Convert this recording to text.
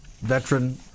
veteran